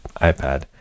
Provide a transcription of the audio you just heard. ipad